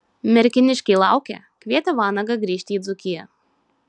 merkiniškiai laukia kvietė vanagą grįžti į dzūkiją